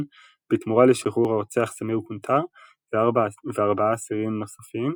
בתמורה לשחרור הרוצח סמיר קונטאר ו-4 אסירים נוספים,